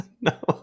No